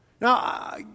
Now